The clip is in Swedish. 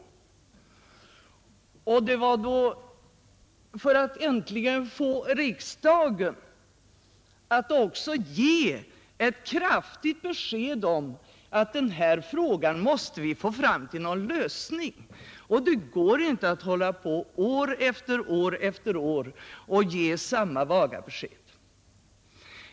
Jag gör det för att äntligen få riksdagen att ge ett kraftigt besked om att den här frågan måste vi få fram till någon lösning — det går inte att hålla på år efter år efter år och ge samma vaga besked.